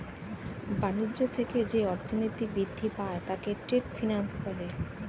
বাণিজ্য থেকে যে অর্থনীতি বৃদ্ধি পায় তাকে ট্রেড ফিন্যান্স বলে